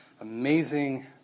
amazing